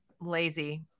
lazy